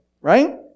Right